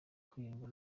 kwirindwa